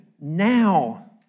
now